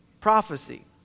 prophecy